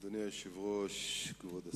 אדוני היושב-ראש, כבוד השר,